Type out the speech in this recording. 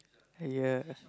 ya